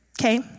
Okay